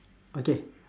okay